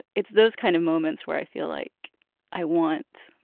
it's those kind of moments where i feel like i want,